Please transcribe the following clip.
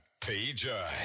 PJ